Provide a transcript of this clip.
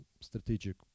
strategic